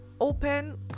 open